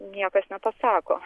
niekas nepasako